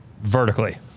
vertically